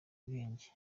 ubwenge